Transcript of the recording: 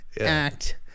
act